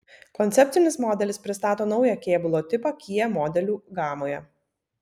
koncepcinis modelis pristato naują kėbulo tipą kia modelių gamoje